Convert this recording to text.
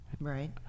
Right